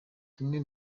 tumwe